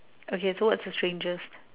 okay so what's the strangest